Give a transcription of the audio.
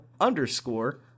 underscore